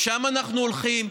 לשם אנחנו הולכים.